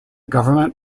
government